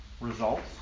results